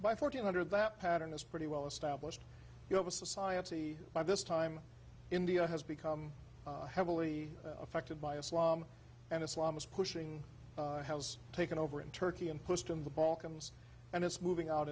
by fourteen hundred that pattern is pretty well established you have a society by this time india has become heavily affected by islam and islam is pushing has taken over in turkey and pushed in the balkans and it's moving out